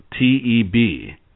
TEB